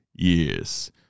Yes